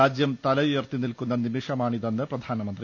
രാജ്യം തലയുയർത്തി നിൽക്കുന്ന നിമിഷമാണിതെന്ന് പ്രധാനമന്ത്രി